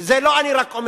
וזה לא רק אני אומר,